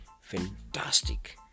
fantastic